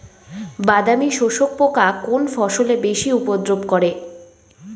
বাদামি শোষক পোকা কোন ফসলে বেশি উপদ্রব করে?